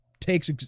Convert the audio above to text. takes